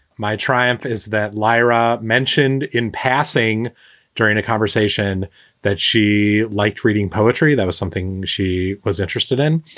my triumph is that lyra mentioned in passing during a conversation that she liked reading poetry. that was something she was interested in.